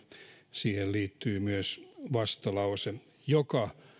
siihen liittyy myös vastalause joka